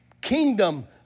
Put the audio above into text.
kingdom